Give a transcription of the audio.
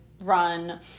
run